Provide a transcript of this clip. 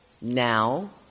now